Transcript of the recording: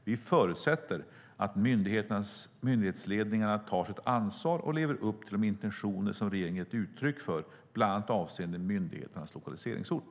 Vi förutsätter att myndighetsledningarna tar sitt ansvar och lever upp till de intentioner som regeringen gett uttryck för, bland annat avseende myndigheternas lokaliseringsort.